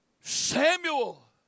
Samuel